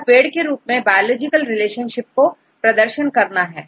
यह पेड़ के रूप में बायोलॉजिकल रिलेशनशिप का प्रदर्शन करता है